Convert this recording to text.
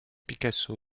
picasso